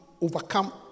overcome